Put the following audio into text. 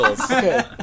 Okay